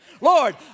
Lord